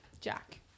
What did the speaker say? jack